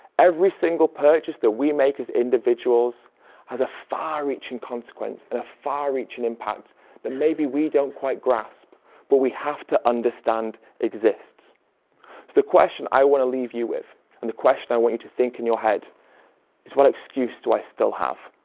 every single purchase that we make as individuals has a far-reaching consequence and a far-reaching impact that maybe we don't quite grasp but we have to understand exists. so the question i want to leave you with and the question i want you to think in your head is what excuse do i still have?